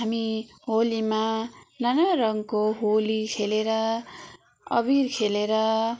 हामी होलीमा नाना रङ्गको होली खेलेर अबिर खेलेर